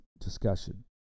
discussion